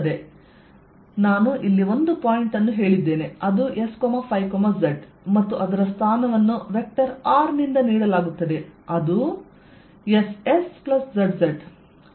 ಆದ್ದರಿಂದ ನಾನು ಇಲ್ಲಿ ಒಂದು ಪಾಯಿಂಟ್ ಅನ್ನು ಹೇಳಿದ್ದೇನೆ ಅದು S Z ಮತ್ತು ಅದರ ಸ್ಥಾನವನ್ನು ವೆಕ್ಟರ್ r ನಿಂದ ನೀಡಲಾಗುತ್ತದೆ ಅದು S S Z Z